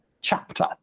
chapter